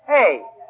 Hey